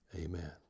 Amen